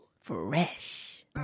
Fresh